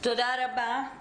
תודה רבה.